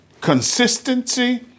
consistency